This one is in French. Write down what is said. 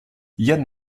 yann